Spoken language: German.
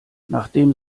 nachdem